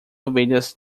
ovelhas